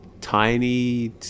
tiny